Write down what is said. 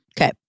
Okay